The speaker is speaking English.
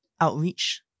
outreach